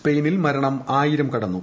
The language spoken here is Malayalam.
സ്പെയിനിൽ മരണം ആയിരം കടന്നു